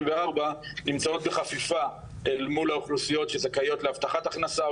נמצאות בחפיפה אל מול האוכלוסיות שזכאיות להבטחת הכנסה,